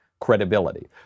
credibility